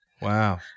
Wow